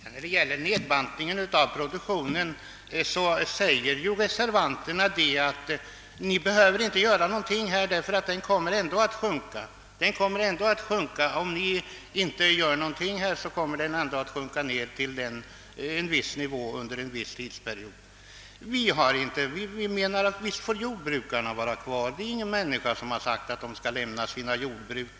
Herr talman! I fråga om den föreslagna nedbantningen av produktionen säger reservanterna, att vi inte behöver göra någonting, eftersom produktionen ändå kommer att sjunka till en viss nivå under en viss tidrymd. Det är ingen människa som sagt, att jordbrukarna inte får vara kvar och att de skall lämna sina jordbruk.